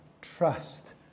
trust